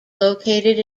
located